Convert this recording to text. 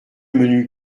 menu